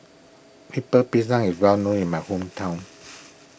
Lemper Pisang is well known in my hometown